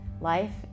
life